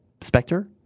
Spectre